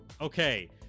Okay